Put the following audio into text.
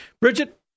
Bridget